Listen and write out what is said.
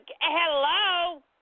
hello